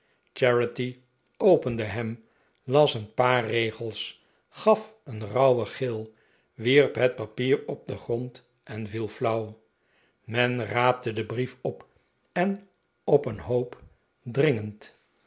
opende hem las een paar regels gaf een rauwen gil wierp het papier op den grond en viel flauw men raapte den brief op en op een hcop dringend